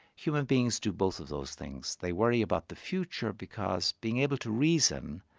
human beings do both of those things they worry about the future because, being able to reason,